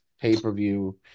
pay-per-view